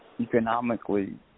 economically